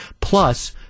Plus